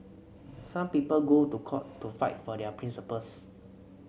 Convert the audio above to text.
some people go to court to fight for their principles